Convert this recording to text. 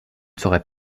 serai